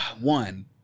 one